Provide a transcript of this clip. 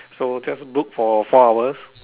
so just book for four hours